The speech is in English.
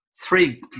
three